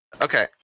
Okay